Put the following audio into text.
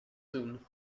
soon